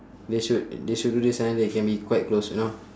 they should they should do this and then they can be quite close you know